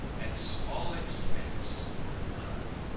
at small expense or none,